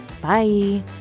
Bye